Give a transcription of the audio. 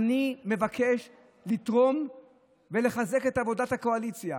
אני מבקש לתרום ולחזק את עבודת הקואליציה.